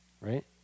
right